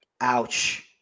Ouch